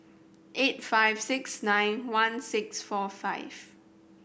eight five six nine one six four five